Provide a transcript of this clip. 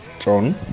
John